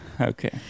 Okay